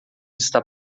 está